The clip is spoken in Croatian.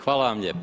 Hvala vam lijepa.